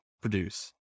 produce